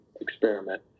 experiment